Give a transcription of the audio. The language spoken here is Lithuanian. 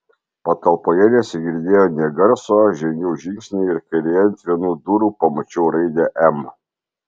patalpoje nesigirdėjo nė garso žengiau žingsnį ir kairėje ant vienų durų pamačiau raidę m